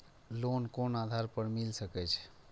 Loan कोन आधार पर मिल सके छे?